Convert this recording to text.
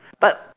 but